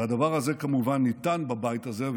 והדבר הזה כמובן ניתן בבית הזה,